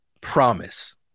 promise